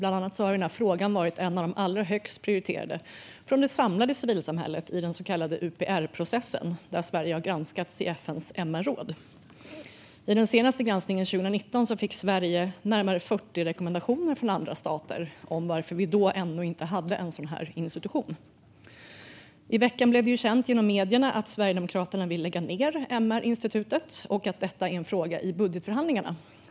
Bland annat har den här frågan varit en av de allra högst prioriterade hos det samlade civilsamhället i den så kallade UPR-processen, där Sverige har granskats i FN:s MR-råd. I den senaste granskningen 2019 fick Sverige närmare 40 rekommendationer från andra stater när det gällde varför vi då ännu inte hade en sådan här institution. I veckan blev det känt genom medierna att Sverigedemokraterna vill lägga ned MR-institutet och att detta är en fråga i budgetförhandlingarna.